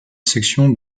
section